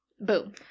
boom